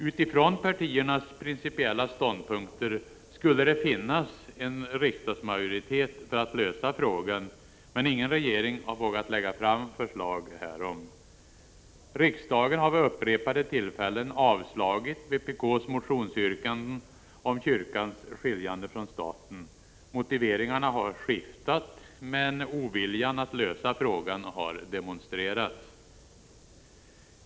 Utifrån partiernas principiella ståndpunkter skulle det finnas en riksdagsmajoritet för att lösa frågan, men ingen regering har vågat lägga fram förslag härom. Riksdagen har vid upprepade tillfällen avslagit vpk:s motionsyrkanden om kyrkans skiljande från staten. Motiveringarna har skiftat, men oviljan att lösa frågan har demonstrerats.